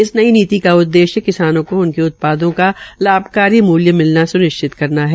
इस नई नीति का उद्देश्य किसानों को उनके उत्पादों का लाभकारी मूल्य मिलना स्निश्चित करना है